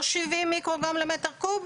לא 70 מיקרוגרם למטר קוב,